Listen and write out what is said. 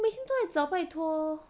每天都在找拜托